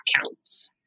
counts